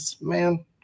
man